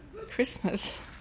Christmas